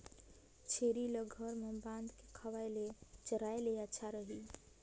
छेरी ल घर म बांध के खवाय ले चराय ले अच्छा रही?